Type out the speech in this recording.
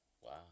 Wow